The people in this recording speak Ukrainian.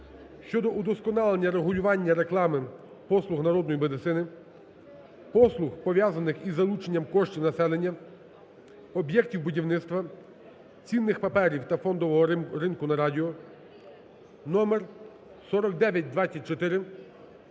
(щодо удосконалення регулювання реклами послуг народної медицини, послуг, пов'язаних із залученням коштів населення, об'єктів будівництва, цінних паперів та фондового ринку на радіо) (№ 4924)